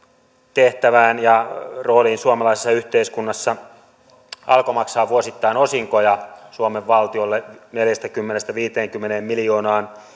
tehtävään ja rooliin suomalaisessa yhteiskunnassa alko maksaa vuosittain osinkoja suomen valtiolle neljäkymmentä viiva viisikymmentä miljoonaa